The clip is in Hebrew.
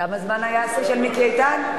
כמה זמן היה השיא של מיקי איתן?